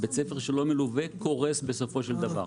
בית ספר שלא מלווה קורס בסופו של דבר,